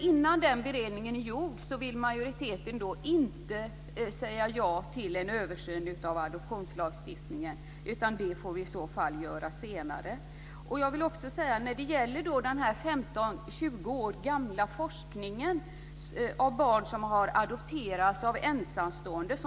Innan den beredningen är klar vill majoriteten inte säga ja till en översyn av adoptionslagstiftningen. Det får man i så fall göra senare. I motionerna tar man upp den 15-20 år gamla forskningen om barn som adopterats av ensamstående.